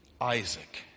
Isaac